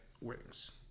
wings